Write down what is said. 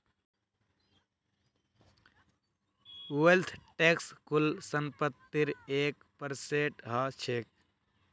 wealth tax कुल संपत्तिर एक परसेंट ह छेक